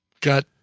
got